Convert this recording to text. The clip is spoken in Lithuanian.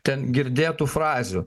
ten girdėtų frazių